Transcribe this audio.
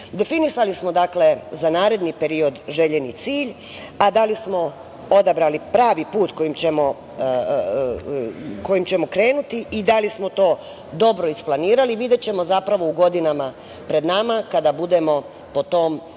smo za naredni period željeni cilj, a da li smo odabrali pravi put kojim ćemo krenuti i da li smo to dobro isplanirali videćemo, zapravo u godinama pred nama, kada budemo po tom novom